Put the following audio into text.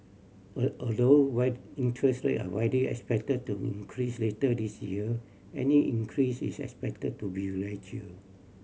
all although whether interest rate are widely expected to increase later this year any increase is expected to be gradual